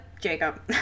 Jacob